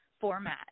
format